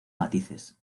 matices